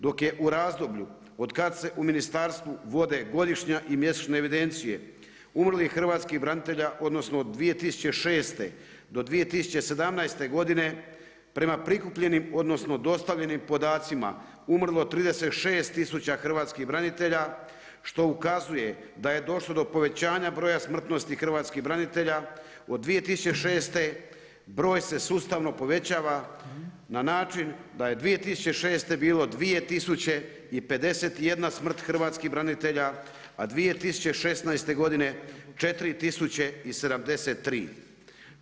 Dok je u razdoblju otkada se u ministarstvu vode godišnja i mjesečne evidencije umrlih hrvatskih branitelja odnosno od 2006. do 2017. godine prema prikupljenim, odnosno dostavljenim podacima umrlo 36 tisuća hrvatskih branitelja što ukazuje da je došlo do povećanja broja smrtnosti hrvatskih branitelja od 2006. broj se sustavno povećava na način da je 2006. bilo 2 tisuće i 51 smrt hrvatskih branitelja a 2016. godine 4 tisuće i 73.